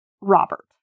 Robert